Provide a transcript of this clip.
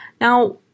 Now